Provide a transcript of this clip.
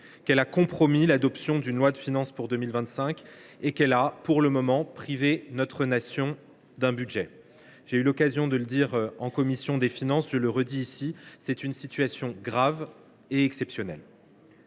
qu’elle a compromis l’adoption d’une loi de finances pour 2025 et qu’elle a, pour le moment, privé notre nation d’un budget. J’ai eu l’occasion de le dire en commission des finances, et je le répète ici, cette situation est grave et exceptionnelle.